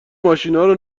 ماشینارو